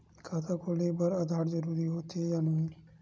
खाता खोले बार आधार जरूरी हो थे या नहीं?